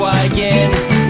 again